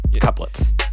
couplets